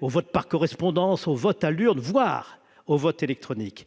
au vote par correspondance, au vote à l'urne, voire au vote électronique.